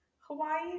hawaii